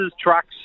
trucks